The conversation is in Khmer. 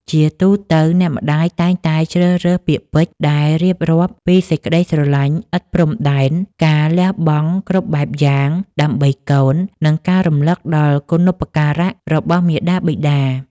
ជាទូទៅ អ្នកម្ដាយតែងតែជ្រើសរើសពាក្យពេចន៍ដែលរៀបរាប់ពីសេចក្តីស្រឡាញ់ឥតព្រំដែន ការលះបង់គ្រប់បែបយ៉ាងដើម្បីកូន និងការរំលឹកដល់គុណូបការៈរបស់មាតាបិតា។